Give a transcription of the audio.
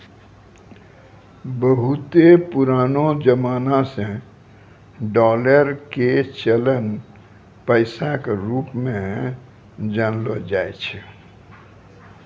बहुते पुरानो जमाना से डालर के चलन पैसा के रुप मे जानलो जाय छै